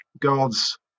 God's